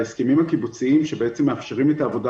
ההסכמים הקיבוציים שבעצם מאפשרים את העבודה